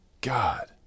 God